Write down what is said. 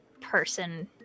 person